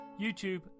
YouTube